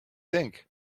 think